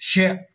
شےٚ